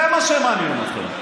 זה מה שמעניין אתכם.